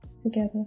together